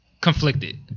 conflicted